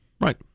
Right